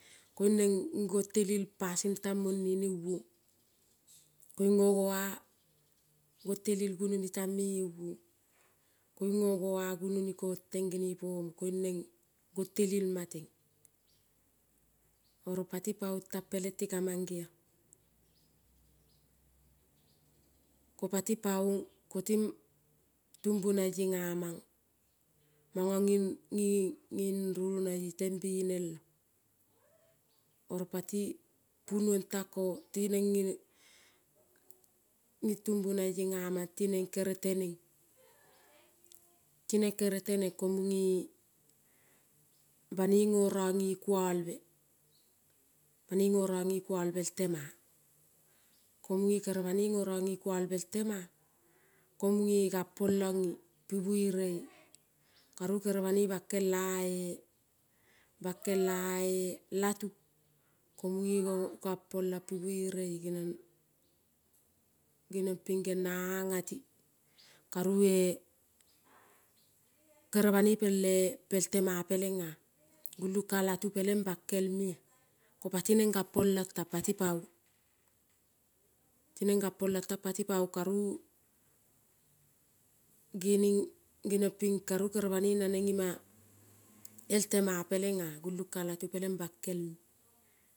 Koin nogoa gontelil gunoni me-e tan euon koin nogo a gunoni konten genepomo gontelil maten. Oro ti paon tang pelen tika mangeon, koti paon ko tumbunaie na mana mono ninin, ninin rulnoie ten benen lo oro pati punuon tinen nin, tumbunaie tinen kere tenen. Tinen kere tenen ko mune banoi noron ne kuolbe, banoi noron ne kuolbe el tema komune gan polone pibuere karu kere banoi bankel a latu, mune genion pin ganpolon pi buere genion pin genia nati karu e banoi, pel tema pelena gulun ka latu pelena bankel mea ko pati nen gampolon, tan pati paon tinen gampolon tan pat paon genin karu kere, banoi nanen ima el tema pelena gulun ka latu pelen bankelme.